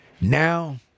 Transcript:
Now